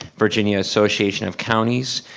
virginia association of counties.